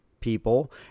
people